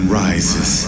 rises